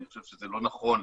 אני חושב שזה לא נכון,